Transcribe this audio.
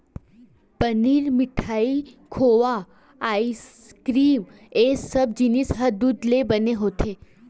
पनीर, मिठाई, खोवा, आइसकिरिम ए सब जिनिस ह दूद ले बने होथे